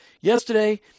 Yesterday